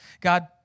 God